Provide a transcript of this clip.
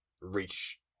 reach